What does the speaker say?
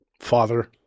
Father